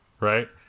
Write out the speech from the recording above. right